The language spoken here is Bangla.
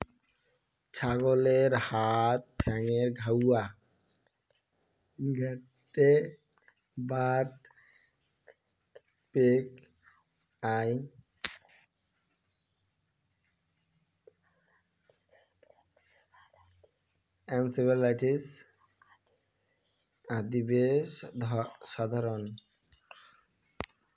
ছাগলের হাত ঠ্যাঙ্গের ঘাউয়া, গেটে বাত, পিঙ্ক আই, এনসেফালাইটিস আদি বেশ সাধারণ